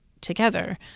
together